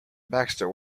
baxter